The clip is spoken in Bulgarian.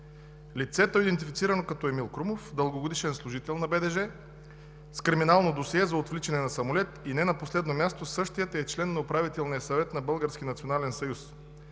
Лицето е идентифицирано като Емил Крумов – дългогодишен служител на БДЖ, с криминално досие за отвличане на самолет, и не на последно място, същият е член на Управителния съвет на